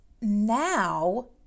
now